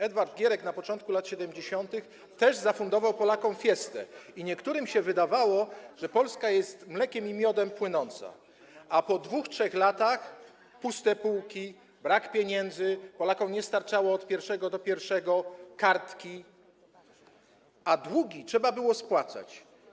Edward Gierek na początku lat 70. też zafundował Polakom fiestę i niektórym się wydawało, że Polska jest mlekiem i miodem płynąca, a po 2, 3 latach były puste półki, brak pieniędzy, Polakom nie starczało od pierwszego do pierwszego, mieliśmy kartki, a długi trzeba było spłacać.